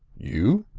you!